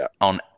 on